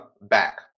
back